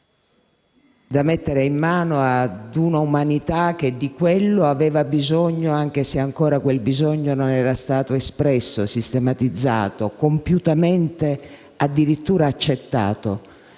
da mettere in mano a un'umanità che di quello aveva bisogno, anche se ancora quel bisogno non era stato espresso, sistematizzato, compiutamente addirittura accettato